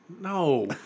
No